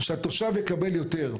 שהתושב יקבל יותר.